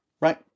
right